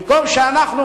במקום שאנחנו,